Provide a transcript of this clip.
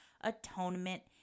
atonement